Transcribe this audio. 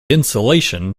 insulation